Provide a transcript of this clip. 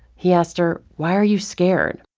he asked her, why are you scared?